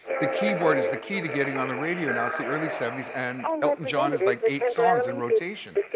the keyboard is the key to getting on the radio now. it's the early seventy s and elton john has like eight songs in rotation.